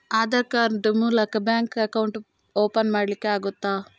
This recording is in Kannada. ಆಧಾರ್ ಕಾರ್ಡ್ ಮೂಲಕ ಬ್ಯಾಂಕ್ ಅಕೌಂಟ್ ಓಪನ್ ಮಾಡಲಿಕ್ಕೆ ಆಗುತಾ?